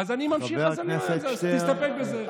אז אני ממשיך, תסתפק בזה.